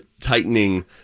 tightening